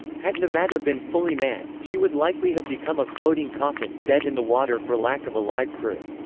had nevada been fully manned, she would likely have become a floating coffin, dead in the water for lack of a live crew.